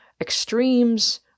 Extremes